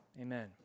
Amen